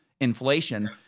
inflation